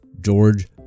George